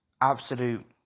absolute